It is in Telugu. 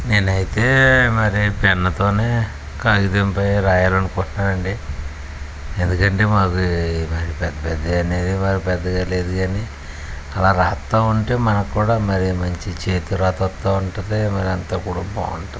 నేను అయితే మరి పెన్నుతో కాగితంపై రాయాలని అనుకుంటున్నాను అండి ఎందుకంటే మాకు పెద్ద పెద్దవి అనేది మాకు పెద్దగా లేదు కానీ అలా రాస్తు ఉంటే మనకు కూడా మరి మంచిది చేతి రాత వస్తు ఉంటుంది మరి అంతా కూడా బాగుంటుంది